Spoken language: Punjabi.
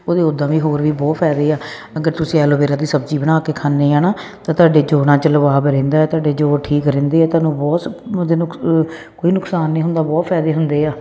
ਉਹਨੇ ਉਹ ਤਾਂ ਵੀ ਹੋਰ ਵੀ ਬਹੁਤ ਫਾਇਦੇ ਆ ਅਗਰ ਤੁਸੀਂ ਐਲੋਵੇਰਾ ਦੀ ਸਬਜੀ ਬਣਾ ਕੇ ਖਾਦੇ ਹੈ ਨਾ ਤਾਂ ਤੁਹਾਡੇ ਜੋੜਾ 'ਚ ਲਵਾਵ ਰਹਿੰਦਾ ਤੁਹਾਡੇ ਜੋਖ ਠੀਕ ਰਹਿੰਦੀ ਹ ਤੁਹਾਨੂੰ ਬਹੁਤ ਨੁਕ ਕੋਈ ਨੁਕਸਾਨ ਨਹੀਂ ਹੁੰਦਾ ਬਹੁਤ ਫਾਇਦੇ ਆ